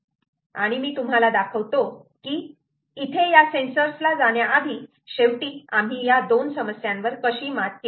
आणि मी तुम्हाला दाखवतो की इथे या सेन्सर ला जाण्याआधी शेवटी आम्ही या दोन समस्यांवर कशी मात केली